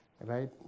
right